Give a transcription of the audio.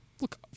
Look